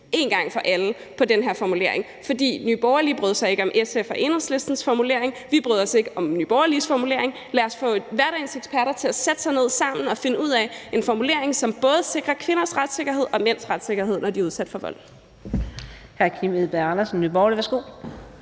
en gang for alle. For Nye Borgerlige brød sig ikke om SF og Enhedslistens formulering; vi bryder os ikke om Nye Borgerliges formulering. Lad os få hverdagens eksperter til at sætte sig ned sammen og finde ud af en formulering, som både sikrer kvinders retssikkerhed og mænds retssikkerhed, når de er udsat for vold.